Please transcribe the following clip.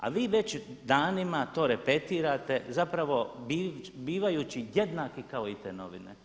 A vi već danima to repetirate, zapravo bivajući jednaki kao i te novine.